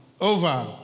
over